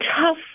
tough